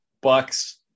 Bucks